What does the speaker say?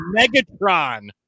Megatron